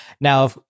Now